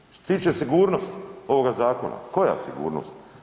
Što se tiče sigurnosti ovoga zakona, koja sigurnost?